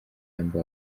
ijambo